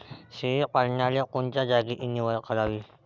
शेळी पालनाले कोनच्या जागेची निवड करावी?